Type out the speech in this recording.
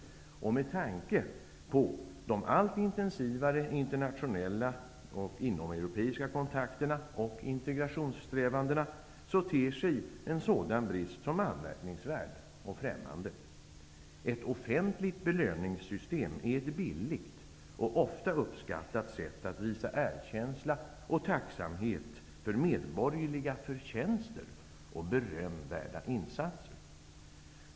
Och med tanke på de allt intensivare internationella och inomeuropeiska kontakterna och integrationssträvandena ter sig en sådan brist som anmärkningsvärd och främmande. Ett offentligt belöningssytem är ett billigt och ofta uppskattat sätt att visa erkänsla och tacksamhet för medborgerliga förtjänster och berömvärda insatser.